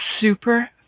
super